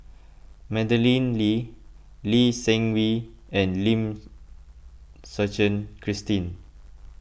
Madeleine Lee Lee Seng Wee and Lim Suchen Christine